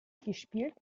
gespielt